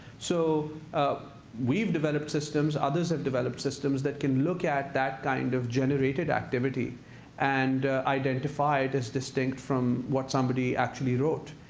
so we've developed systems, others have developed systems that can look at that kind of generated activity and identify it as distinct from what somebody actually wrote.